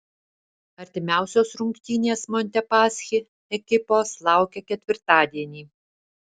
artimiausios rungtynės montepaschi ekipos laukia ketvirtadienį